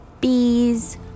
bees